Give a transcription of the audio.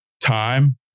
time